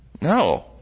No